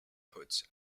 puts